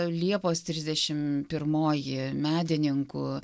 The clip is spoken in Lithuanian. liepos trisdešimt pirmoji medininkų